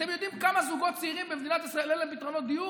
אתם יודעים לכמה זוגות צעירים במדינת ישראל אין פתרונות דיור?